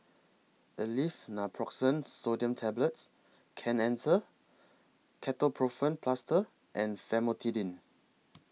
Aleve Naproxen Sodium Tablets Kenhancer Ketoprofen Plaster and Famotidine